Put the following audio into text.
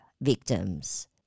victims